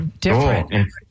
different